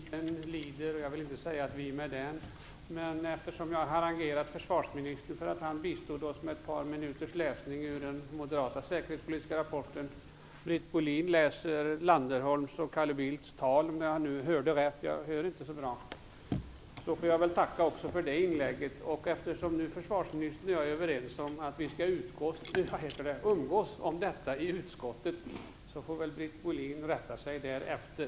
Fru talman! Tiden lider, jag vill inte säga och vi med den. Eftersom jag harangerat försvarsministern för att han bistod oss med ett par minuters läsning ur den moderata säkerhetspolitiska rapporten får jag väl tacka också Britt Bohlin när hon läser Landerholms och Carl Bildts tal, om jag nu hörde rätt. Jag hör inte så bra. Eftersom försvarsministern och jag är överens om att vi skall umgås om detta i utskottet, får väl Britt Bohlin rätta sig därefter.